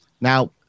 Now